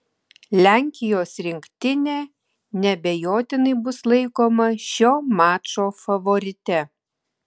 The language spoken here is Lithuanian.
lenkijos rinktinė neabejotinai bus laikoma šio mačo favorite